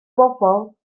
bobl